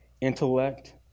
intellect